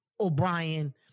O'Brien